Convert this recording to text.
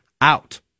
out